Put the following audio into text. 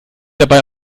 dabei